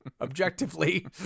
objectively